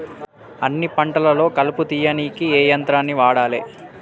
అన్ని పంటలలో కలుపు తీయనీకి ఏ యంత్రాన్ని వాడాలే?